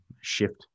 shift